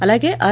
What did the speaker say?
అలాగే ఆర్